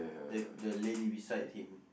the the lady beside him